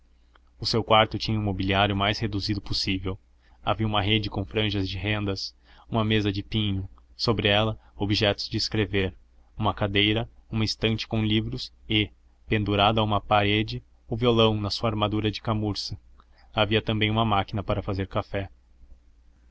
o seu quarto tinha o mobiliário mais reduzido possível havia uma rede com franjas de rendas uma mesa de pinho sobre ela objetos de escrever uma cadeira uma estante com livros e pendurado a uma parede o violão na sua armadura de camurça havia também uma máquina para fazer café